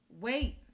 wait